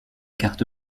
carte